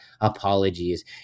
apologies